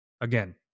Again